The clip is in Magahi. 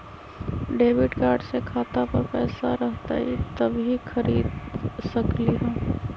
डेबिट कार्ड से खाता पर पैसा रहतई जब ही खरीद सकली ह?